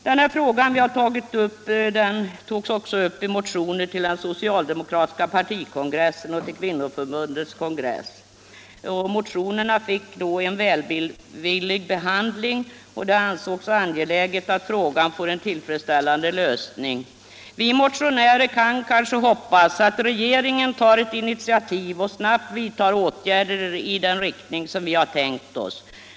Denna fråga hade också tagits upp i motioner till den socialdemokratiska partikongressen och till kvinnoförbundets kongress. Motionerna fick en välvillig behandling, och det ansågs angeläget med en tillfredsställande lösning av frågan. Vi motionärer kan kanske därför nu hoppas att regeringen snabbt vidtar åtgärder i den riktning vi tänkt oss.